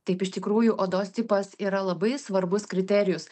taip iš tikrųjų odos tipas yra labai svarbus kriterijus